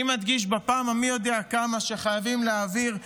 אני מדגיש בפעם המי-יודע-כמה שחייבים להעביר,